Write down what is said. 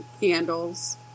Candles